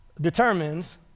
determines